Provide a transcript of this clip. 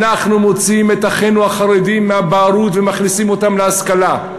אנחנו מוציאים את אחינו החרדים מהבערות ומכניסים אותם להשכלה,